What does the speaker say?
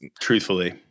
Truthfully